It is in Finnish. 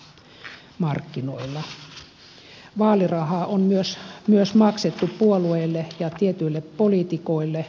vaalirahaa on myös maksettu puolueille ja tietyille poliitikoille